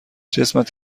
جسمت